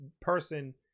person